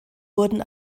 wurden